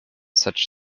such